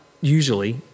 usually